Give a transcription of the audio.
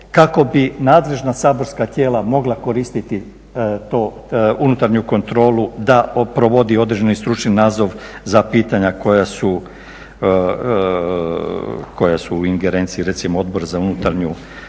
kako bi nadležna saborska tijela mogla koristiti tu unutarnju kontrolu da provodi određeni stručni nadzor za pitanja koja su u ingerenciji recimo Odbora za unutarnju politiku.